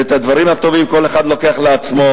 ואת הדברים הטובים כל אחד לוקח לעצמו.